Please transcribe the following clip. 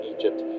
Egypt